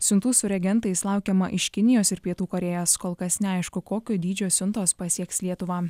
siuntų su reagentais laukiama iš kinijos ir pietų korėjos kol kas neaišku kokio dydžio siuntos pasieks lietuvą